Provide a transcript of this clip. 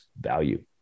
value